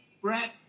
Brett